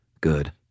Good